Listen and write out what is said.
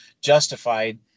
justified